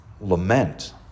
lament